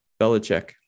Belichick